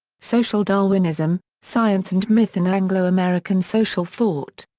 social darwinism science and myth in anglo-american social thought.